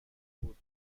بود